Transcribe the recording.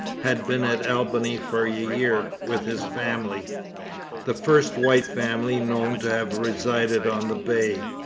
had been at albany for a year with his family the first white family known to have resided on the bay.